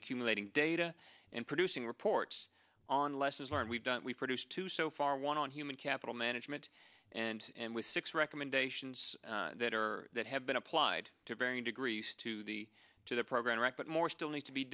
accumulating data and producing reports on lessons learned we've done we've produced two so far one on human capital management and with six recommendations that are that have been applied to varying degrees to the to the program wreck but more still need to be